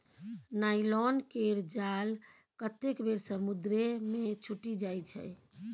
nylon केर जाल कतेक बेर समुद्रे मे छुटि जाइ छै